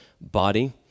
body